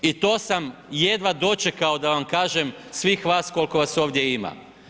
I to sam jedva dočekao da vam kažem svih vas koliko vas ovdje ima.